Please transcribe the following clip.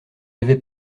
avait